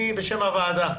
בשם הוועדה,